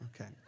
Okay